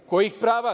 Kojih prava?